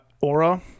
aura